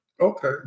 Okay